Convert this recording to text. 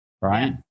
right